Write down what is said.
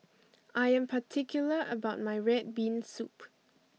I am particular about my red bean soup